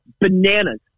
bananas